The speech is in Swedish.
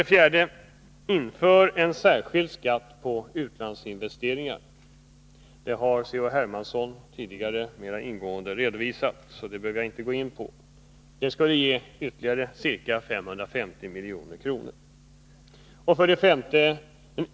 Införande av en särskild skatt på utlandsinvesteringar. Det skulle ge ca 550 milj.kr. — C.-H. Hermansson har tidigare mera ingående redovisat det förslaget, och jag behöver därför inte gå närmare in på det. 5.